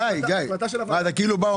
גיא, למה אתה לוקח אותנו למקום הזה?